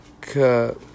Cup